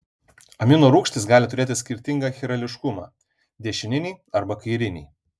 aminorūgštys gali turėti skirtingą chirališkumą dešininį arba kairinį